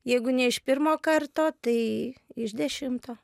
jeigu ne iš pirmo karto tai iš dešimto